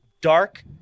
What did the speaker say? dark